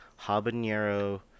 habanero